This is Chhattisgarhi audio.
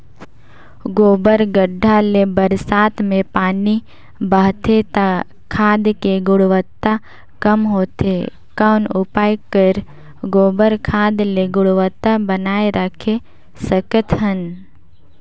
गोबर गढ्ढा ले बरसात मे पानी बहथे त खाद के गुणवत्ता कम होथे कौन उपाय कर गोबर खाद के गुणवत्ता बनाय राखे सकत हन?